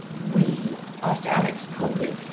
we? asked alex coldly.